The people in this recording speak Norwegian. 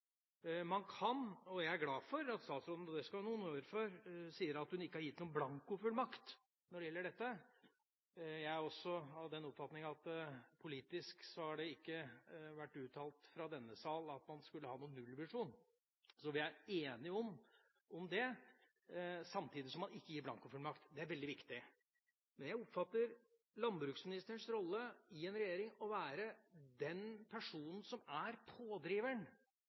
Jeg er glad for at statsråden, og det skal hun ha honnør for, sier at hun ikke har gitt noen blankofullmakt når det gjelder dette. Jeg er også av den oppfatning at politisk har det ikke vært uttalt fra denne sal at man skulle ha noen nullvisjon – så vi er enige om det – samtidig som man ikke gir blankofullmakt, det er veldig viktig. Men jeg oppfatter landbruksministerens rolle i en regjering som å være den personen som er pådriveren